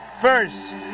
first